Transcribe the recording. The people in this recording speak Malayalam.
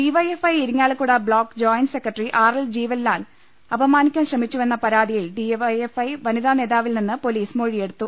D Y F I Irinjalakuda block joint secretary R L Jeevanlal അപമാനിക്കാൻ ശ്രമിച്ചു വെന്ന പരാതിയിൽ ഡി വൈ എഫ് ഐ വനിതാ നേതാവിൽ നിന്ന് പൊലീസ് മൊഴിയെടുത്തു